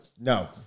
no